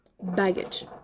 baggage